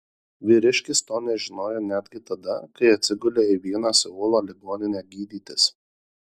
vyriškis to nežinojo netgi tada kai atsigulė į vieną seulo ligoninę gydytis